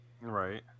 Right